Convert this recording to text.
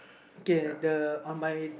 okay the on my